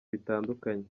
bitandukanye